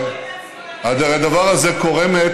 הם שואלים אם זה יחול גם על רוצחים יהודים ששורפים ילדים.